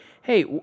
hey